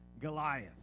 Goliath